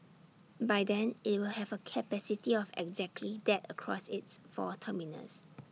by then IT will have A capacity of exactly that across its four terminals